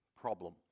problem